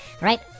Right